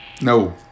No